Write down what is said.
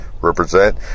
represent